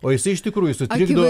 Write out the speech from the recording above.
o jisai iš tikrųjų sutrikdo